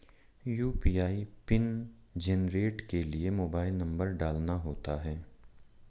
UPI pin generate के लिए mobile number डालना होता है